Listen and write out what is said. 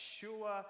sure